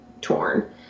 torn